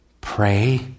Pray